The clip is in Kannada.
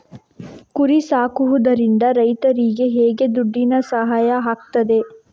ಕುರಿ ಸಾಕುವುದರಿಂದ ರೈತರಿಗೆ ಹೇಗೆ ದುಡ್ಡಿನ ಸಹಾಯ ಆಗ್ತದೆ?